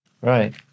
right